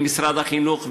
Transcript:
למשרד החינוך,